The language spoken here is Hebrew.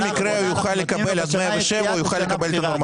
מקרה הוא יוכל לקבל עד 107 את הנורמטיבי.